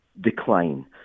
decline